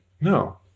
No